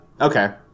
Okay